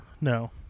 No